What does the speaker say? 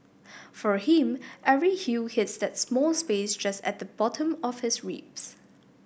for him every hue hits that small space just at the bottom of his ribs